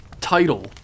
Title